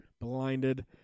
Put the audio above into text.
blinded